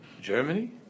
Germany